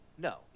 No